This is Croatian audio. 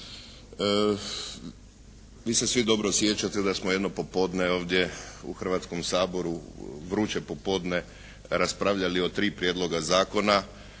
Vi se svi dobro sjećate da smo jedno popodne ovdje u Hrvatskom saboru, vruće popodne raspravljali o tri prijedloga zakona,